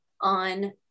on